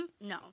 No